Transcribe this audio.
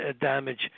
damage